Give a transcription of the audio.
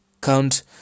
count